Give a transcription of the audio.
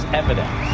evidence